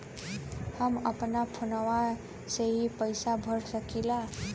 हम अपना फोनवा से ही पेसवा भर सकी ला?